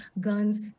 guns